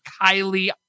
kylie